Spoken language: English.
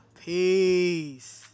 Peace